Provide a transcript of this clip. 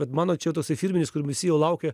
bet mano čia jau toksai firminis kur visi jau laukia